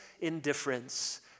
indifference